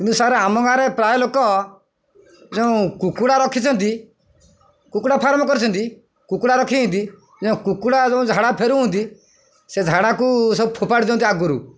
କିନ୍ତୁ ସାର୍ ଆମ ଗାଁରେ ପ୍ରାୟ ଲୋକ ଯେଉଁ କୁକୁଡ଼ା ରଖିଛନ୍ତି କୁକୁଡ଼ା ଫାର୍ମ କରିଛନ୍ତି କୁକୁଡ଼ା ରଖିଛନ୍ତି ଯେ କୁକୁଡ଼ା ଯେଉଁ ଝାଡ଼ା ଫେରୁଛନ୍ତି ସେ ଝାଡ଼ାକୁ ସବୁ ଫୋପାଡ଼ି ଦିଅନ୍ତି ଆଗୁରୁ